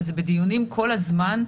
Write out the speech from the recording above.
אבל זה בדיונים כל הזמן,